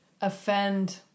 offend